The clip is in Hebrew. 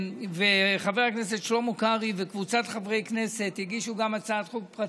וחבר הכנסת שלמה קרעי וקבוצת חברי הכנסת הגישו גם הצעת חוק פרטית,